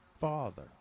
father